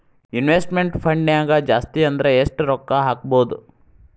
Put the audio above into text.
Investment ಫಂಡ್ನ್ಯಾಗ ಜಾಸ್ತಿ ಅಂದ್ರ ಯೆಷ್ಟ್ ರೊಕ್ಕಾ ಹಾಕ್ಬೋದ್?